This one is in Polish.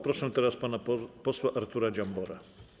Proszę teraz pana posła Artura Dziambora.